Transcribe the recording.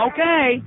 Okay